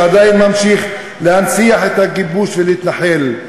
שעדיין ממשיך להנציח את הכיבוש ולהתנחל.